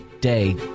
day